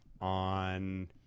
on